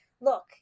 look